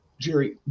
Jerry